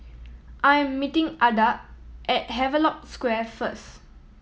I am meeting Adda at Havelock Square first